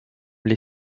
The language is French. les